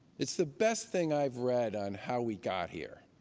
it's the best thing i've read on how we got here.